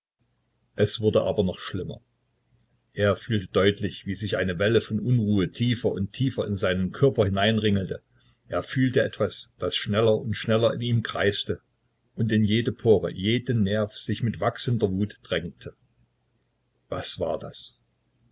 es wurde aber noch schlimmer er fühlte deutlich wie sich eine welle von unruhe tiefer und tiefer in seinen körper hineinringelte er fühlte etwas das schneller und schneller in ihm kreiste und in jede pore jeden nerv sich mit wachsender wut drängte was war das